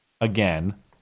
again